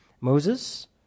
Moses